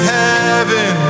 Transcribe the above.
heaven